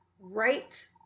right